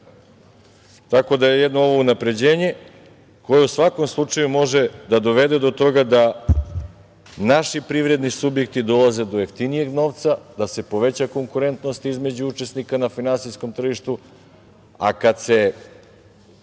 tako da je ovo jedno unapređenje koje u svakom slučaju može da dovede do toga da naši privredni subjekti dolaze do jeftinijeg novca, da se poveća konkurentnost između učesnika na finansijskom tržištu,